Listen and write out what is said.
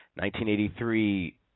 1983